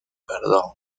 perdón